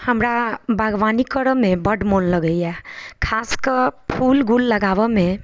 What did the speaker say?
हमरा बागवानी करऽमे बड्ड मोन लगैए खास कऽ फूल गूल लगाबऽमे